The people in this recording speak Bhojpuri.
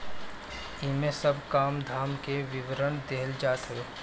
इमे सब काम धाम के विवरण देहल जात हवे